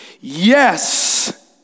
Yes